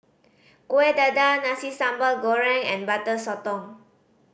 Kueh Dadar Nasi Sambal Goreng and Butter Sotong